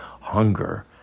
hunger